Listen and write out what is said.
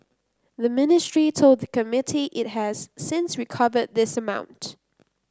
the ministry told the committee it has since recovered this amount